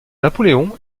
napoléon